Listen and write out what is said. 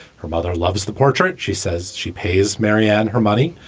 her mother loves the portrait. she says she pays marianne her money.